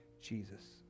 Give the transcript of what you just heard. Jesus